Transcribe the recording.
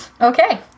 Okay